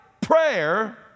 prayer